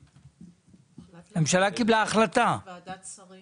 הוחלט להקים ועדת שרים